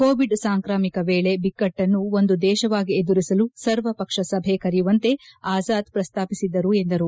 Covid ಸಾಂಕ್ರಾಮಿಕ ವೇಳೆ ಬಿಕ್ಕಟ್ಟನ್ನು ಒಂದು ದೇಶವಾಗಿ ಎದುರಿಸಲು ಸರ್ವಪಕ್ಷ ಸಭೆ ಕರೆಯುವಂತೆ ಆಜಾದ್ ಪ್ರಸ್ತಾಪಿಸಿದ್ದರು ಎಂದರು